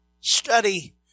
study